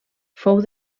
fou